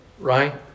Right